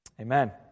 Amen